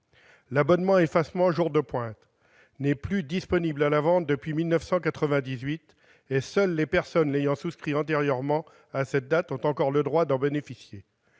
L'abonnement « effacement jour de pointe » n'est plus disponible à la vente depuis 1998, et seules les personnes l'ayant souscrit antérieurement à cette date ont encore le droit d'en bénéficier.